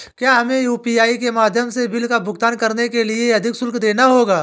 क्या हमें यू.पी.आई के माध्यम से बिल का भुगतान करने के लिए अधिक शुल्क देना होगा?